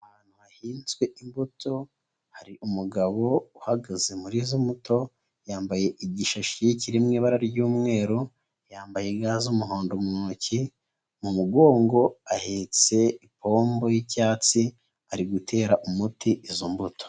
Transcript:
Ahantu hahinzwe imbuto, hari umugabo uhagaze muri zo mbuto, yambaye igishashi kiri mu ibara ry'umweru yambaye ga z'umuhondo mu ntoki, mu mugongo ahetse ipopo y'icyatsi, ari gutera umuti izo mbuto.